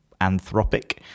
Anthropic